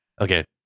Okay